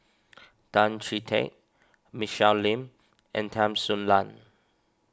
Tan Chee Teck Michelle Lim and Tan Soo Nan